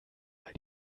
weil